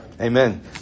Amen